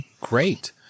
Great